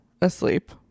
asleep